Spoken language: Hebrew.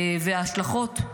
וההשלכות על